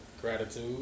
Gratitude